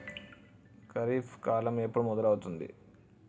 ఖరీఫ్ కాలం ఎప్పుడు మొదలవుతుంది?